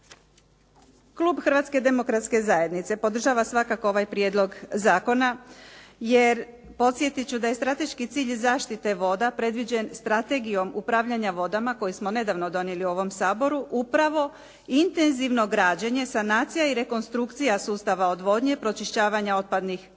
Klub Hrvatske demokratske zajednice podržava svakako ovaj prijedlog zakona, jer podsjetit ću da je strateški cilj zaštite voda predviđen Strategijom upravljanja vodama koju smo nedavno donijeli u ovom Saboru upravo intenzivno građenje, sanacija i rekonstrukcija sustava odvodnje pročišćavanje otpadnih